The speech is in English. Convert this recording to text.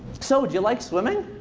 so, do you like swimming?